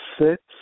Six